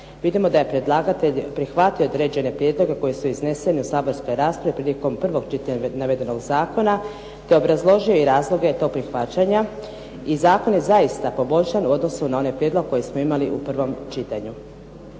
vidimo da je predlagatelj prihvatio određene prijedloge koji su izneseni u saborskoj raspravi prilikom prvog čitanja navedenog zakona, te obrazložio i razloge tog prihvaćanja i zakon je zaista poboljšan u odnosu na onaj prijedlog koji smo imali u prvom čitanju.